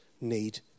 need